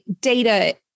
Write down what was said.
data